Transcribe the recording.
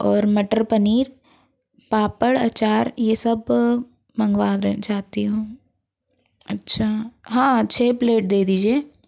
और मटर पनीर पापड़ अचार ये सब मंगवाना चाहती हूँ अच्छा हाँ छः प्लेट दे दे दीजिए